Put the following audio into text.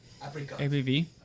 ABV